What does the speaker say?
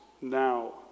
now